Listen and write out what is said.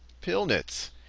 Pilnitz